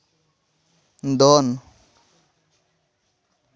ᱫᱚᱱ